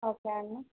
okay అండి